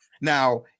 Now